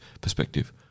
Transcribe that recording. perspective